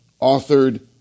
authored